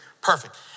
perfect